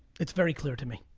it's very clear to me.